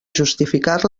justificar